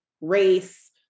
race